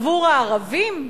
עבור הערבים,